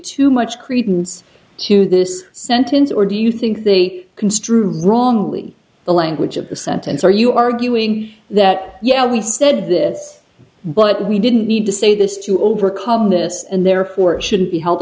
too much credence to this sentence or do you think they construed wrongly the language of the sentence are you arguing that yeah we said this but we didn't need to say this to overcome this and therefore it shouldn't be held